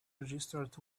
registered